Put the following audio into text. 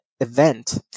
event